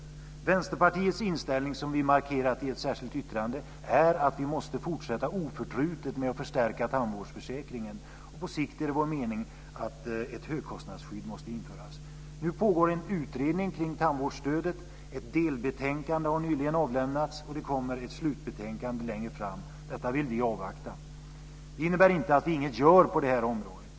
Vänsterpartiets inställning, som vi markerat i ett särskilt yttrande, är att vi oförtrutet måste fortsätta med att förstärka tandvårdsförsäkringen. På sikt är det vår mening att ett högkostnadsskydd måste införas. Nu pågår en utredning kring tandvårdsstödet. Ett delbetänkande har nyligen avlämnats, och det kommer ett slutbetänkande längre fram. Detta vill vi avvakta. Det innebär inte att vi inget gör på det här området.